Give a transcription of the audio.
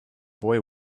boy